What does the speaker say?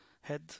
head